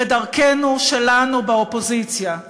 ודרכנו-שלנו באופוזיציה.